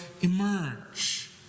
emerge